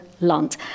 Land